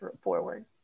forward